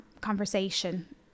conversation